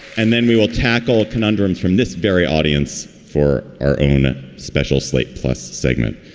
and then we will tackle conundrums from this very audience for our own special slate plus segment.